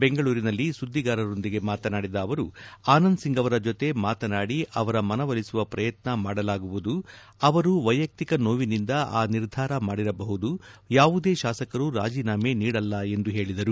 ಬೆಂಗಳೂರಿನಲ್ಲಿ ಸುದ್ದಿಗಾರರ ಜೊತೆ ಮಾತನಾಡಿದ ಅವರು ಆನಂದ್ ಸಿಂಗ್ ಅವರ ಜೊತೆ ಮಾತನಾಡಿ ಅವರ ಮನವೊಲಿಸುವ ಪ್ರಯತ್ನ ಮಾಡಲಾಗುವುದು ಅವರು ವೈಯುಕ್ತಿಕ ನೋವಿನಿಂದ ಆ ನಿರ್ಧಾರ ಮಾಡಿರಬಹುದು ಯಾವುದೇ ಶಾಸಕರು ರಾಜೀನಾಮೆ ನೀಡಲ್ಲ ಎಂದು ಹೇಳಿದ್ದಾರೆ